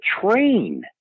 train